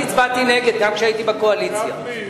אני הצבעתי נגד גם כשהייתי בקואליציה, גפני.